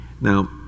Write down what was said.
Now